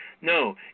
No